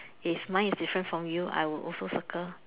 if mine is different from you I will also circle